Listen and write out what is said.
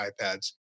iPads